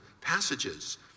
passages